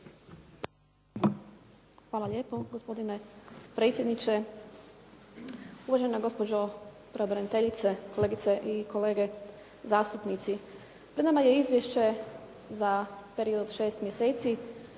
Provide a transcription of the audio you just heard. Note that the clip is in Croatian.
Hvala lijepo. Gospodine predsjedniče, uvažena gospođo pravobraniteljice, kolegice i kolege zastupnici. Pred nama je Izvješće za period od šest mjeseci